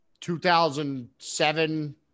2007